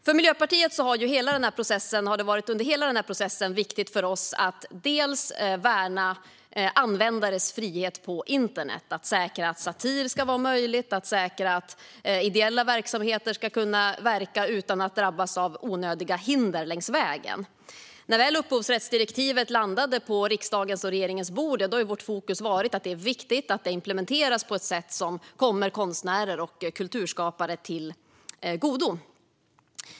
För Miljöpartiet har det under hela denna process varit viktigt att värna användares frihet på internet, att säkra att satir ska vara möjligt och att säkra att ideella verksamheter ska kunna verka utan att drabbas av onödiga hinder längs vägen. När upphovsrättsdirektivet väl landade på riksdagens och regeringens bord var vårt fokus att det är viktigt att det implementeras på ett sätt som kommer konstnärer och kulturskapare till godo.